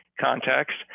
context